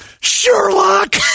Sherlock